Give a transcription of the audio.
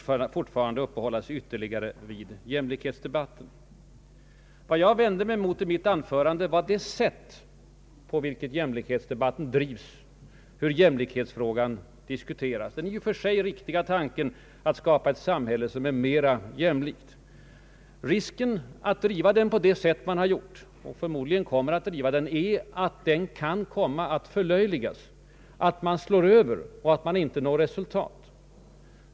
För att sedan, herr talman, återkomma till jämlikhetsdebatten vände jag mig i mitt anförande främst emot det sätt på vilket jämlikhetsdebatten drivs, hur jämlikhetsfrågan diskuteras. Tanken att skapa ett mera jämlikt samhälle är i och för sig riktig. Risken att driva debatten på det onyanserade sätt som man gjort, och förmodligen kommer att fortsätta att göra, är att jämlikheten kan komma att förlöjligas, att slå över och att inte ge resultat.